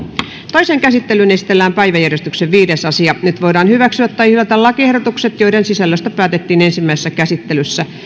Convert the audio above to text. toiseen käsittelyyn esitellään päiväjärjestyksen viides asia nyt voidaan hyväksyä tai hylätä lakiehdotukset joiden sisällöstä päätettiin ensimmäisessä käsittelyssä